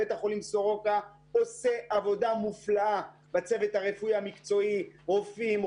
בית החולים סורוקה עושה עבודה מופלאה בצוות המקצועי הרפואי רופאים,